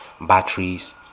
batteries